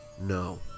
No